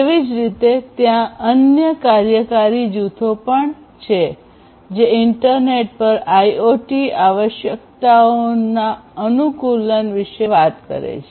તેવી જ રીતે ત્યાં અન્ય કાર્યકારી જૂથો પણ છે જે ઇન્ટરનેટ પર આઇઓટી આવશ્યકતાઓના અનુકૂલન વિશે વાત કરે છે